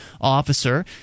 officer